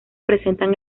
presentan